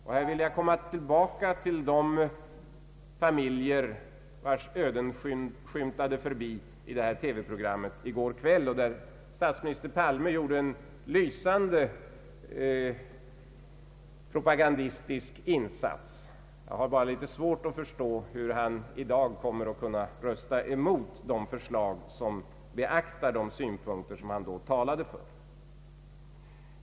Jag tänker här åter på de familjer vilkas öden skymtade förbi i TV-programmet i går Ang. en reform av beskattningen, m.m. kväll, där statsminister Palme gjorde en lysande propagandistisk insats. Jag har bara litet svårt att förstå hur han i dag skall kunna rösta emot de förslag som beaktar de synpunkter som han då talade för.